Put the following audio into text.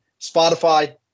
Spotify